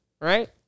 right